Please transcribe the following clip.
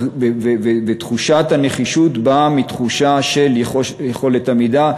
ותחושת הנחישות באה מתחושה של יכולת עמידה,